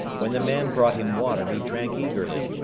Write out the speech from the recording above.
when the man brought him water he drank eagerly,